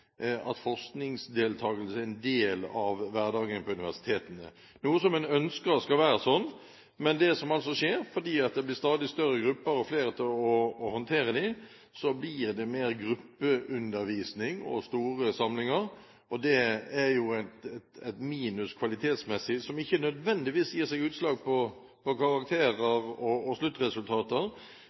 av hverdagen på universitetene, noe som en ønsker skal være slik. Men det som altså skjer, fordi det blir stadig større grupper og flere til å håndtere dem, er at det blir mer gruppeundervisning og store samlinger. Det er jo et minus kvalitetsmessig, som ikke nødvendigvis gir utslag på